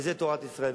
וזאת תורת ישראל.